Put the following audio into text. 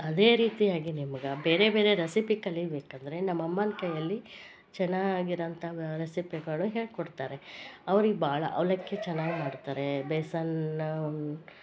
ಅದೇ ರೀತಿಯಾಗಿ ನಿಮ್ಗ ಬೇರೆ ಬೇರೆ ರೆಸಿಪಿ ಕಲೀಬೇಕಂದರೆ ನಮ್ಮಮ್ಮನ ಕೈಯಲ್ಲಿ ಚೆನಾಗಿರುವಂಥ ರೆಸಿಪಿಗಳು ಹೇಳ್ಕೊಡ್ತಾರೆ ಅವ್ರಿಗ ಭಾಳ ಅವಲಕ್ಕಿ ಚೆನ್ನಾಗಿ ಮಾಡ್ತಾರೆ ಬೇಸನ್ ಉನ್